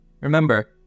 Remember